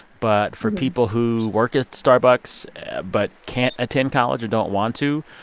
but for people who work at starbucks but can't attend college or don't want to,